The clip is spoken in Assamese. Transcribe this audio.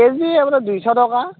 কে জি আপোনাৰ দুইশ টকা